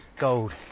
gold